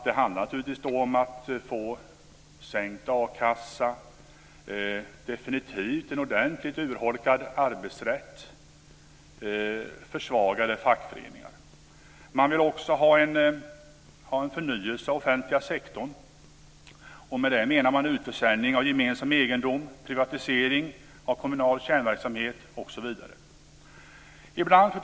Det handlar då naturligtvis om en sänkning av a-kassan, definitivt en ordentlig urholkning av arbetsrätten och försvagade fackföreningar. De vill också ha en förnyelse av den offentliga sektorn. Med det menar de utförsäljning av gemensam egendom, privatisering av kommunal kärnverksamhet, osv. Fru talman!